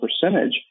percentage